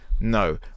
no